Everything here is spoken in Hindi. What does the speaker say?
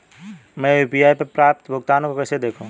मैं यू.पी.आई पर प्राप्त भुगतान को कैसे देखूं?